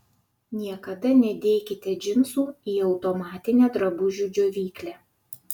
niekada nedėkite džinsų į automatinę drabužių džiovyklę